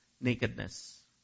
nakedness